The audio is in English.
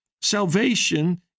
Salvation